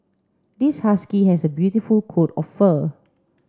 this husky has a beautiful coat of fur